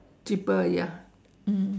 cheaper ya